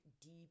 deep